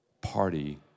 party